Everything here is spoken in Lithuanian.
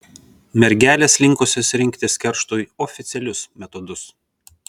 mergelės linkusios rinktis kerštui oficialius metodus